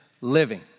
Living